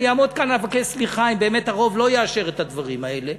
אני אעמוד כאן ואבקש סליחה אם באמת הרוב לא יאשר את הדברים האלה.